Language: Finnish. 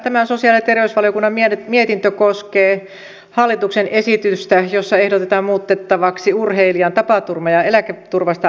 tämä sosiaali ja terveysvaliokunnan mietintö koskee hallituksen esitystä jossa ehdotetaan muutettavaksi urheilijan tapaturma ja eläketurvasta annettua lakia